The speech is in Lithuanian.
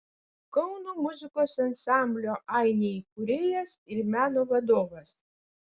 kauno muzikos ansamblio ainiai įkūrėjas ir meno vadovas